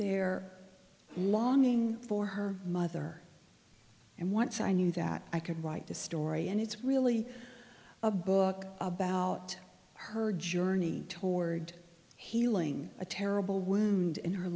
there longing for her mother and once i knew that i could write the story and it's really a book about her journey toward healing a terrible wound in her